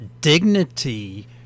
Dignity